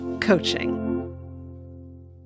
coaching